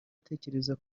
atekereza